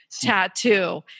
tattoo